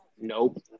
Nope